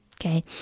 okay